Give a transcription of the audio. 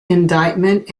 indictment